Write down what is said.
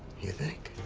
you think?